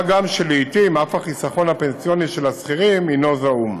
מה גם שלעתים גם החיסכון הפנסיוני של השכירים הוא זעום.